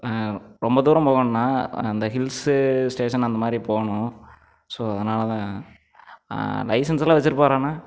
ரொம்ப தூரம் போகணுண்ணா அந்த ஹில்ஸ்சு ஸ்டேஷன் அந்தமாதிரி போகணும் ஸோ அதனால் தான் லைசென்ஸ் எல்லாம் வச்சுருப்பாறராண்ணா